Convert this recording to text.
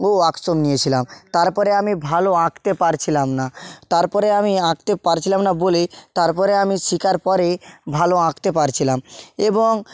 ও workshop নিয়েছিলাম তারপরে আমি ভালো আঁকতে পারছিলাম না তারপরে আমি আঁকতে পারছিলাম না বলে তারপরে আমি শেখার পরে ভালো আঁকতে পারছিলাম এবং